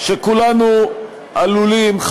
שכולנו עלולים,